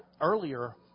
Earlier